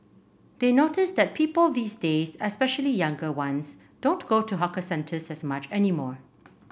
they notice that people these days especially younger ones don't go to hawker centres as much anymore